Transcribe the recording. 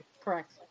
Correct